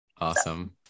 awesome